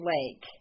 Lake